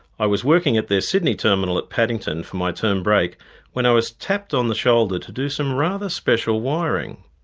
i was working at their sydney terminal at paddington for my term break when i was tapped on the shoulder to do some rather special wiring.